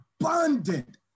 abundant